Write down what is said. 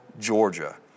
Georgia